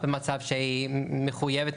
שהיא בעצם כלואה במצב שהיא מחויבת,